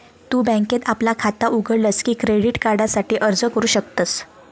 तु बँकेत आपला खाता उघडलस की क्रेडिट कार्डासाठी अर्ज करू शकतस